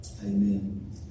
Amen